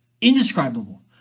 indescribable